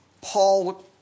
Paul